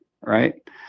Right